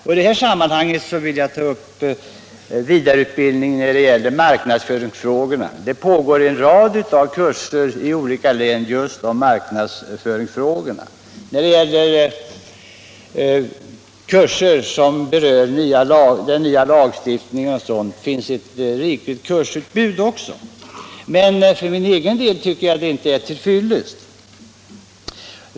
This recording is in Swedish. I detta sammanhang vill jag också nämna verksamheten med vidareutbildning i marknadsföringsfrågor. Det pågår en rad kurser i olika län just i marknadsföringsfrågor. Det finns också ett rikligt kursutbud i frågor om lagstiftning. För min egen del tycker jag dock inte att detta är till fyllest.